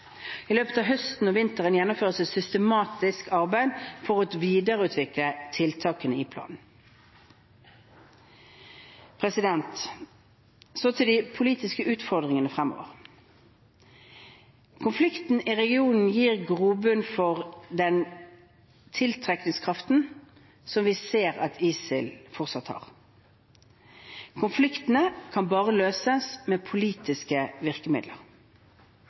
I løpet av høsten og vinteren gjennomføres et systematisk arbeid for å videreutvikle tiltakene i planen. Så til de politiske utfordringene fremover: Konfliktene i regionen gir grobunn for den tiltrekningskraften vi ser at ISIL fortsatt har. Konfliktene kan bare løses med politiske virkemidler.